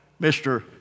Mr